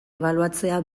ebaluatzea